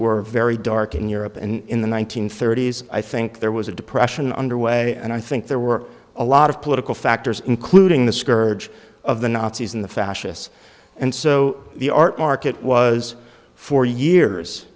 were very dark in europe and in the one nine hundred thirty s i think there was a depression underway and i think there were a lot of political factors including the scourge of the nazis in the fascists and so the art market was four years